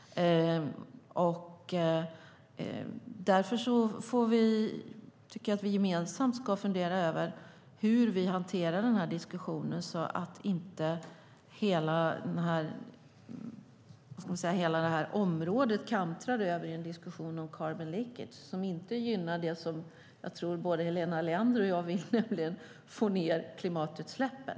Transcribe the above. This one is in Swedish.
Vi måste gemensamt fundera över hur vi hanterar diskussionen så att inte hela området kantrar över i en diskussion om carbon leakage, som inte gynnar det som både Helena Leander och jag vill, nämligen att minska klimatutsläppen.